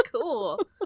cool